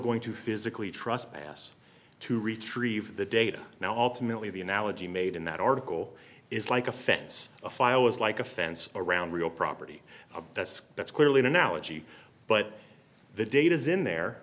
going to physically trust pass to retrieve the data now ultimately the analogy made in that article is like a fence a file is like a fence around real property that's that's clearly an analogy but the data is in there